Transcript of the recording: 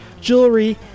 jewelry